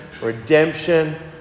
redemption